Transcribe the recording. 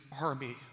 army